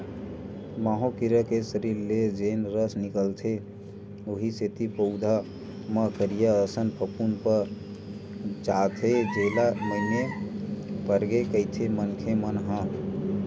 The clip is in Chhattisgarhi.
माहो कीरा के सरीर ले जेन रस निकलथे उहीं सेती पउधा म करिया असन फफूंद पर जाथे जेला मइनी परगे कहिथे मनखे मन ह